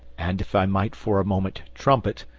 and if i might for a moment trumpet!